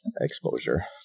exposure